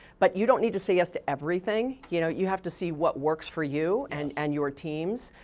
but you don't need to say yes to everything. you know you have to see what works for you and and your teams.